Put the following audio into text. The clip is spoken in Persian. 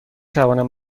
توانم